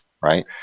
Right